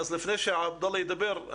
לפני שעבדאללה ידבר,